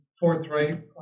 forthright